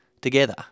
together